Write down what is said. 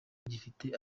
gifite